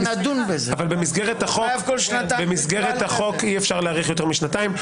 אבל במסגרת החוק אי אפשר להאריך יותר משנתיים.